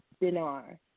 dinar